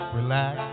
relax